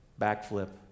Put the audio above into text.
backflip